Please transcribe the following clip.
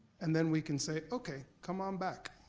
and then, we can say, okay, come on back,